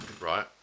right